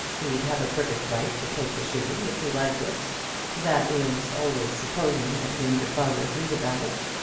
he'd have a perfect right to take the shooting if he liked it that is always supposing that he and your father agreed about it.